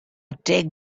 take